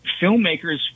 filmmakers